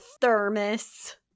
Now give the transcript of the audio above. thermos